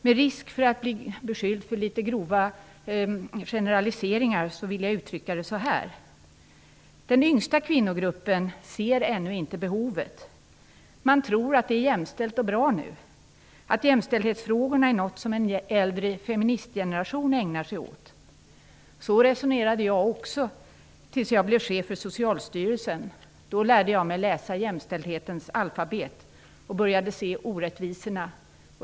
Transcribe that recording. Med risk för att bli beskylld för litet grova generaliseringar vill jag uttrycka det så här: Den yngsta kvinnogruppen ser ännu inte behovet. Man tror att det är jämställt och bra nu, att jämställdhetsfrågorna är något som en äldre feministgeneration ägnar sig åt. Så resonerade jag också tills jag blev chef för Socialstyrelsen. Då lärde jag mig läsa jämställdhetens alfabet och började se orättvisorna.